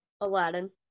Aladdin